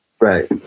Right